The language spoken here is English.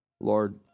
Lord